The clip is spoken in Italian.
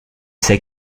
sei